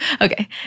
Okay